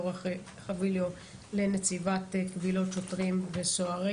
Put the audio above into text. ליאורה חביליו לנציבת קבילות שוטרים וסוהרים,